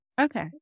Okay